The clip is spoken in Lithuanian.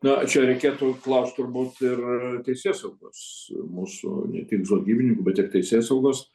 na čia reikėtų klaust turbūt ir teisėsaugos mūsų ne tik žvalgybininkų bet ir teisėsaugos